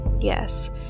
yes